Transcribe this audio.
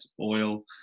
oil